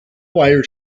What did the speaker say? wires